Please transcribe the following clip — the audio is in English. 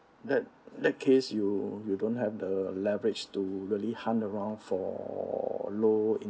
that that case you you don't have the leverage to really hunt around for low